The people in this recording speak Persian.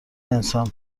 انسان